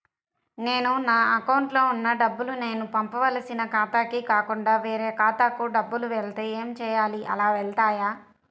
నేను నా అకౌంట్లో వున్న డబ్బులు నేను పంపవలసిన ఖాతాకి కాకుండా వేరే ఖాతాకు డబ్బులు వెళ్తే ఏంచేయాలి? అలా వెళ్తాయా?